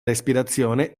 respirazione